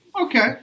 Okay